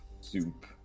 soup